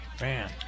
man